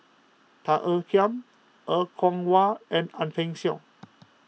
Tan Ean Kiam Er Kwong Wah and Ang Peng Siong